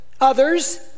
others